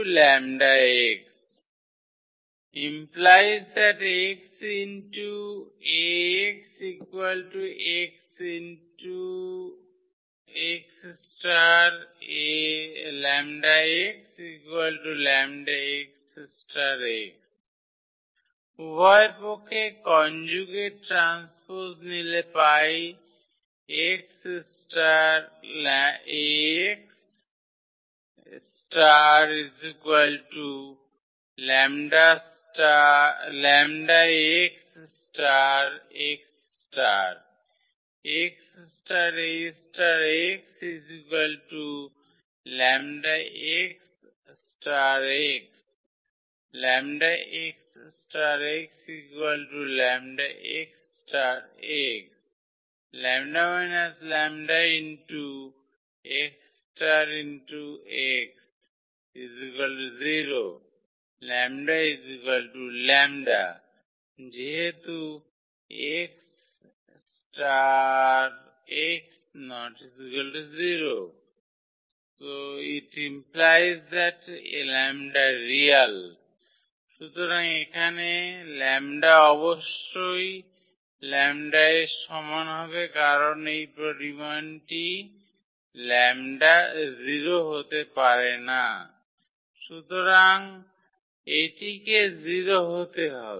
𝐴𝑥 𝜆𝑥 ⇒ 𝑥∗ 𝐴𝑥 𝑥 ∗ 𝜆𝑥 𝜆𝑥∗ 𝑥 উভয় পক্ষে conjugate transpose নিলে পাই 𝑥∗ 𝐴𝑥∗ 𝜆𝑥 ∗ 𝑥∗ ⇒ 𝑥∗ 𝐴∗ 𝑥 𝜆𝑥 ∗ 𝑥 ⟹ 𝜆𝑥∗ 𝑥 𝜆𝑥 ∗ 𝑥 ⇒ 𝜆 − 𝜆 𝑥∗ 𝑥 0 ⇒ 𝜆 𝜆 যেহেতু 𝑥∗ 𝑥 ≠ 0 ⇒ 𝜆 রিয়াল সুতরাং এখানে 𝜆 অবশ্যই 𝜆 এর সমান হবে কারণ এই পরিমাণটি 0 হতে পারে না সুতরাং এটিকে 0 হতে হবে